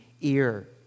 ear